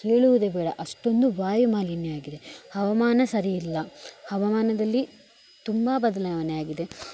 ಕೇಳುವುದೇ ಬೇಡ ಅಷ್ಟೊಂದು ವಾಯು ಮಾಲಿನ್ಯ ಆಗಿದೆ ಹವಾಮಾನ ಸರಿಯಿಲ್ಲ ಹವಾಮಾನದಲ್ಲಿ ತುಂಬ ಬದಲಾವಣೆಯಾಗಿದೆ